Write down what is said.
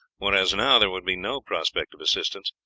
whereas now there would be no prospect of assistance.